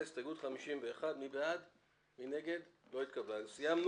ההצעה לא נתקבלה ותהפוך להסתייגות.